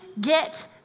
get